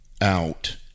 out